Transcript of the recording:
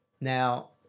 now